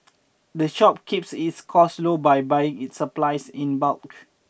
the shop keeps its costs low by buying its supplies in bulk